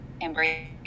embrace